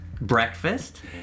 Breakfast